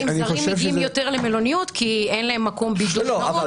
זרים מגיעים יותר למלוניות כי אין להם מקום בידוד.